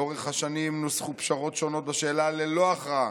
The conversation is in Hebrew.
לאורך השנים נוסחו פשרות שונות בשאלה ללא הכרעה.